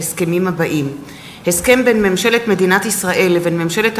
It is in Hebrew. הסכם בין ממשלת מדינת ישראל לבין ממשלת